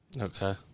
Okay